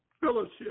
fellowship